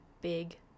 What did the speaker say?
big